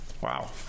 Wow